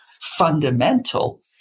fundamental